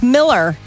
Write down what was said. Miller